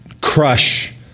crush